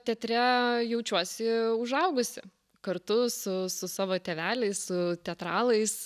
teatre jaučiuosi užaugusi kartu su su savo tėveliais su teatralais